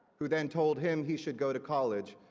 who then told him he should go to college.